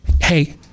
hey